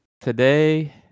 today